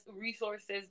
resources